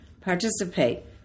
participate